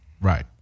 Right